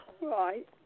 Right